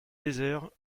déserts